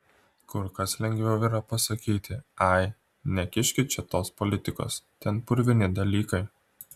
kur kas lengviau yra pasakyti ai nekiškit čia tos politikos ten purvini dalykai